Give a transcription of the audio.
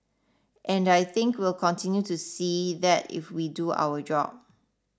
and I think we'll continue to see that if we do our job